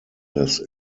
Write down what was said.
das